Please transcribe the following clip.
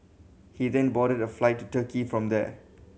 he then boarded flight to Turkey from there